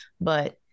but-